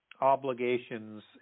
obligations